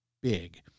big